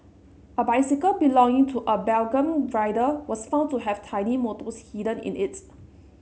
a bicycle belonging to a Belgian rider was found to have tiny motors hidden in it